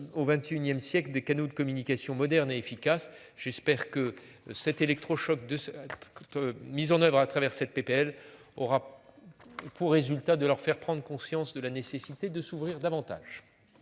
Au XXIe siècle, des canaux de communication moderne et efficace. J'espère que cet électrochoc de. Mise en oeuvre à travers cette PPL aura. Pour résultat de leur faire prendre conscience de la nécessité de s'ouvrir davantage.